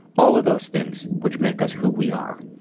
all of those things which make us who we are.